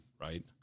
right